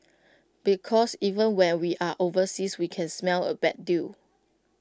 because even when we are overseas we can smell A bad deal